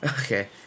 okay